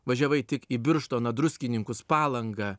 važiavai tik į birštoną druskininkus palangą